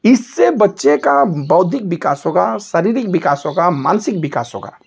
इससे बच्चे का बौद्धिक विकास होगा शारीरिक विकास होगा मानसिक विकास होगा